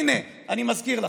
הינה, אני מזכיר לכם.